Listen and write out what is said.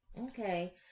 okay